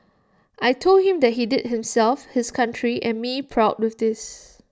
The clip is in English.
I Told him that he did himself his country and me proud with this